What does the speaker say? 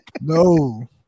No